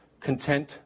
Content